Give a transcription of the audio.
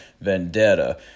Vendetta